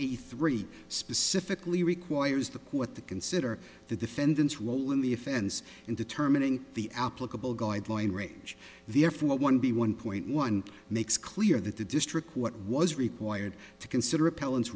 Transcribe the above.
eighth read specifically requires that what the consider the defendant's role in the offense in determining the applicable guideline range therefore one b one point one makes clear that the district what was required to consider repellents